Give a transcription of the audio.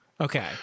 Okay